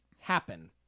happen